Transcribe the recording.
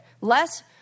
less